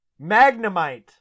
Magnemite